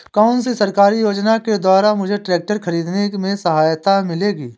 कौनसी सरकारी योजना के द्वारा मुझे ट्रैक्टर खरीदने में सहायता मिलेगी?